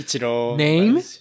name